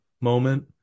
moment